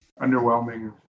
underwhelming